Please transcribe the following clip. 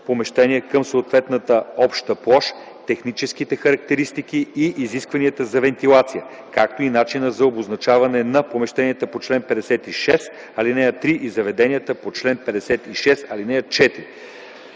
помещения към съответната обща площ, техническите характеристики и изискванията за вентилация, както и начина за обозначаване на помещенията по чл. 56, ал. 3 и заведенията по чл. 56, ал. 4.